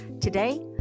Today